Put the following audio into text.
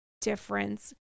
difference